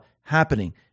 happening